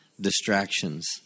distractions